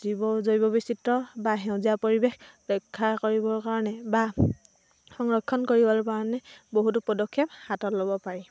জীৱ জৈৱ বৈচিত্ৰ বা সেউজীয়া পৰিৱেশ ৰক্ষা কৰিবৰ কাৰণে বা সংৰক্ষণ কৰিব কাৰণে বহুতো পদক্ষেপ হাতত ল'ব পাৰি